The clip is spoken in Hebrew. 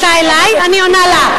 תודה, היא פנתה אלי, אני עונה לה.